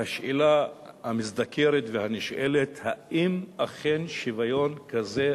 והשאלה המזדקרת והנשאלת: האם אכן שוויון כזה,